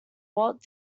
walt